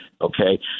Okay